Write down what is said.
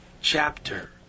chapter